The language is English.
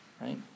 right